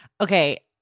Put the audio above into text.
Okay